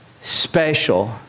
special